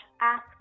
ask